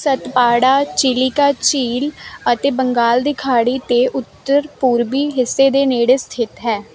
ਸਤਪਾੜਾ ਚਿਲਿਕਾ ਝੀਲ ਅਤੇ ਬੰਗਾਲ ਦੀ ਖਾੜੀ ਦੇ ਉੱਤਰ ਪੂਰਬੀ ਹਿੱਸੇ ਦੇ ਨੇੜੇ ਸਥਿਤ ਹੈ